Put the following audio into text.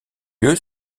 lieu